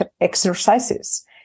exercises